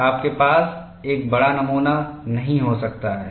आपके पास एक बड़ा नमूना नहीं हो सकता है